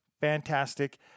fantastic